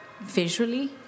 visually